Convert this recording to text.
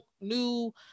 new